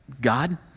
God